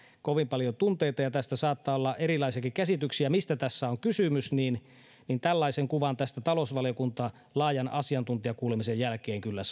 kovin paljon tunteita ja saattaa olla erilaisiakin käsityksiä siitä mistä tässä on kysymys niin niin tällaisen kuvan tästä talousvaliokunta laajan asiantuntijakuulemisen jälkeen kyllä